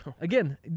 Again